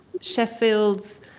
Sheffield's